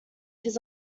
this